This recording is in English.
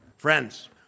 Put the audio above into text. Friends